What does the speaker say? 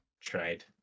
tried